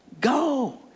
go